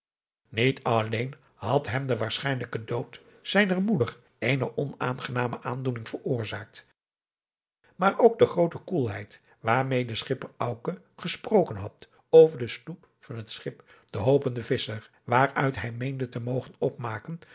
niet alleen had hem de waarschijnlijke dood zijner moeder eene onaangename aandoening veroorzaakt maar ook de groote adriaan loosjes pzn het leven van johannes wouter blommesteyn koelheid waarmede schipper auke gesproken had over de sloep van het schip de hopende visscher waaruit hij meende te mogen opmaken